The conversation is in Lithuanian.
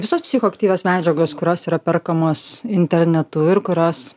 visos psichoaktyvios medžiagos kurios yra perkamos internetu ir kurios